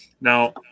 Now